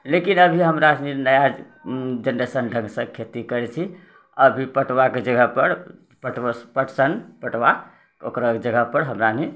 लेकिन अभी हमरासनी नया जेनरेशन ढङ्गसँ खेती करै छी अभी पटुआके जगहपर पटसन पटुआ ओकरा जगहपर हमराअनी